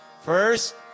First